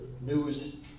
news